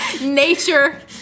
Nature